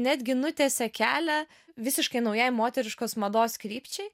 netgi nutiesė kelią visiškai naujai moteriškos mados krypčiai